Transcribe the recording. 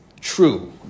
true